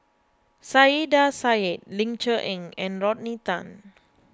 Saiedah Said Ling Cher Eng and Rodney Tan